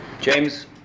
James